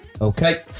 Okay